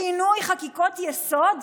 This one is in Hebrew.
שינוי חקיקות-יסוד?